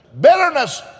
Bitterness